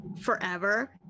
forever